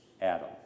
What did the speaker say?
Adam